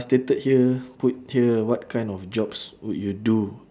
stated here put here what kind of jobs would you do